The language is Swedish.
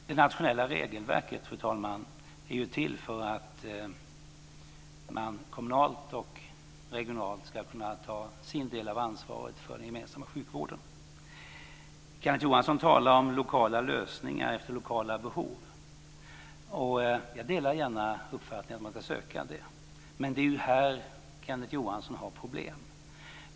Fru talman! Det nationella regelverket är till för att man kommunalt och regionalt ska kunna ta sin del av ansvaret för den gemensamma sjukvården. Kenneth Johansson talar om lokala lösningar efter lokala behov. Jag delar gärna uppfattningen att man ska söka detta, men det är här som Kenneth Johansson har problem.